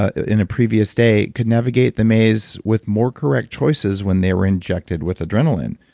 ah in a previous day could navigate the maze with more correct choices when they were injected with adrenaline.